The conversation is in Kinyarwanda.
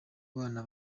abana